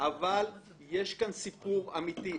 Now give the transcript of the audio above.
אבל יש כאן סיפור אמיתי.